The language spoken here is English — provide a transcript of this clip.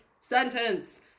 sentence